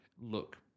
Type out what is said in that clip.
look